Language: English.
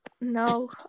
No